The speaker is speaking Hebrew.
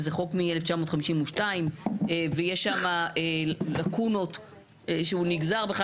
שזה חוק מ-1952 ויש שם לקונות שהוא נגזר בכלל